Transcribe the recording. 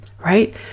right